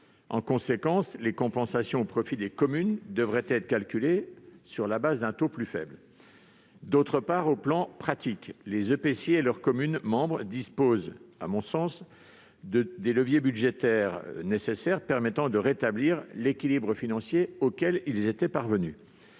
En conséquence, les compensations au profit des communes devraient être calculées sur la base d'un taux plus faible. Ensuite, sur le plan pratique, les EPCI et leurs communes membres disposent, à mon sens, de tous les leviers budgétaires permettant de rétablir l'équilibre financier auquel ils étaient parvenus.